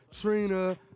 Trina